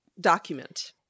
document